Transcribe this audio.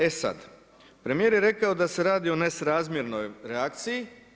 E sad, premijer je rekao da se radi o nesrazmjernoj reakciji.